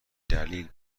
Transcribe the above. دلیل